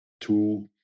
two